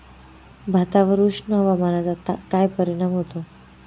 भातावर उष्ण हवामानाचा काय परिणाम होतो?